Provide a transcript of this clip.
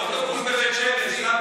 אוטובוס מבית שמש,